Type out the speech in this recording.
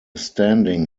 standing